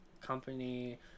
company